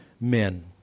men